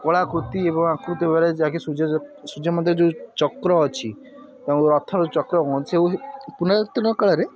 କଳାକୃତି ଏବଂ ଆକୃତି ସୂର୍ଯ୍ୟ ମନ୍ଦିର ଯେଉଁ ଚକ୍ର ଅଛି ତାଙ୍କ ରଥର ଚକ୍ର କୁହନ୍ତି ପୁରାତନ କାଳରେ